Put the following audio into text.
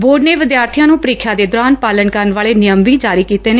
board ਨੇ ਵਿਦਿਆਰਥੀਆ ਨੂੰ ਪ੍ਰੀਖਿਆ ਦੇ ਦੌਰਾਨ ਪਾਲਣ ਕਰਨ ਵਾਲੇ ਨਿਯਮ ਵੀ ਜਾਰੀ ਕੀਤੇ ਨੇ